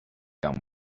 done